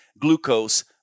glucose